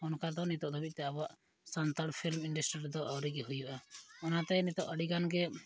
ᱚᱱᱠᱟ ᱫᱚ ᱟᱵᱚᱣᱟᱜ ᱥᱟᱱᱛᱟᱲ ᱯᱷᱤᱞᱤᱢ ᱤᱱᱰᱟᱥᱴᱨᱤ ᱨᱮᱫᱚ ᱟᱹᱣᱨᱤ ᱦᱩᱭᱩᱜᱼᱟ ᱚᱱᱟᱛᱮ ᱱᱤᱛᱳᱜ ᱟᱹᱰᱤᱜᱟᱱ ᱜᱮ